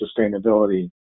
sustainability